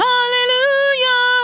Hallelujah